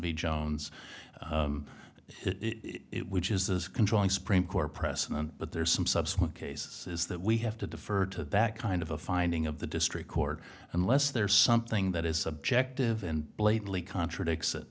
b jones it which is this controlling supreme court precedent but there are some subsequent cases is that we have to defer to that kind of a finding of the district court unless there is something that is subjective and blatantly contradicts that